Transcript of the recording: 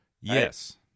Yes